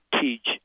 teach